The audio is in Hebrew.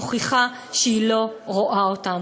מוכיחה שהיא לא רואה אותם,